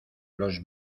los